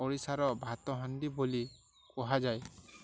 ଓଡ଼ିଶାର ଭାତ ହାଣ୍ଡି ବୋଲି କୁହାଯାଏ